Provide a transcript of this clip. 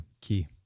key